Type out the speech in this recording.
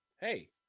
hey